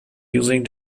using